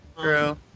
True